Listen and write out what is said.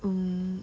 um